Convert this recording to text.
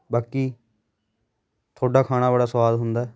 ਬਾਕੀ ਤੁਹਾਡਾ ਖਾਣਾ ਬੜਾ ਸਵਾਦ ਹੁੰਦਾ